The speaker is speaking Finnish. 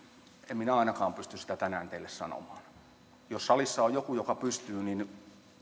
en minä ainakaan pysty sitä tänään teille sanomaan jos salissa on joku joka pystyy niin